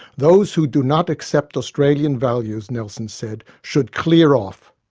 those who do not accept australian values, nelson said, should clear off.